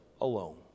alone